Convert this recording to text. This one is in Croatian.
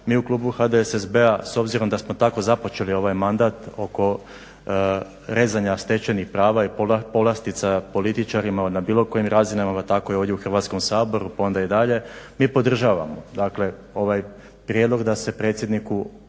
mi u klubu HDSSB-a s obzirom da smo tako započeli ovaj mandat oko rezanja stečajnih prava i povlastica političarima na bilo kojim razinama pa tako i ovdje u Hrvatskom saboru pa onda i dalje. Mi podržavamo, dakle ovaj prijedlog da se predsjedniku